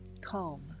calm